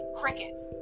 crickets